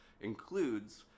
includes